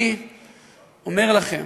אני אומר לכם,